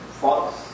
false